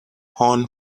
horn